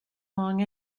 long